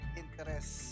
interest